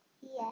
Yes